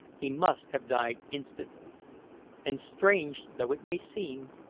he must have died instantly and, strange though it may seem,